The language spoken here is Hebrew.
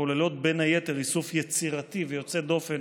שכוללות בין היתר איסוף יצירתי ויוצא דופן